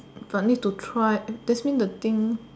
but need to try that's mean the thing